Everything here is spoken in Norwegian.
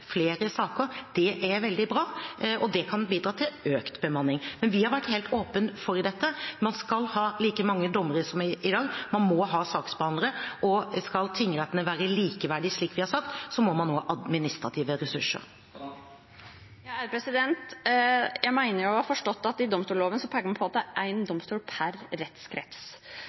flere saker. Det er veldig bra, og det kan bidra til økt bemanning. Men vi har vært helt åpne for dette. Man skal ha like mange dommere som i dag. Man må ha saksbehandlere, og skal tingrettene være likeverdige, slik vi har sagt, må man også ha administrative ressurser. Jeg mener å ha forstått at man i domstolloven peker på at det er én domstol per rettskrets.